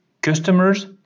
customers